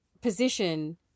position